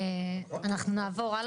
אנחנו נעבור הלאה,